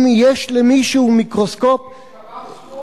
אם יש למישהו מיקרוסקופ, ישתבח שמו.